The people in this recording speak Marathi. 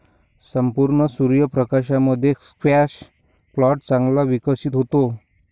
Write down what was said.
संपूर्ण सूर्य प्रकाशामध्ये स्क्वॅश प्लांट चांगला विकसित होतो